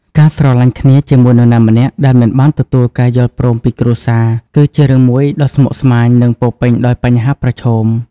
ការស្រឡាញ់គ្នាជាមួយនរណាម្នាក់ដែលមិនបានទទួលការយល់ព្រមពីគ្រួសារគឺជារឿងមួយដ៏ស្មុគស្មាញ និងពោរពេញដោយបញ្ហាប្រឈម។